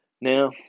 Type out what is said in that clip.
Now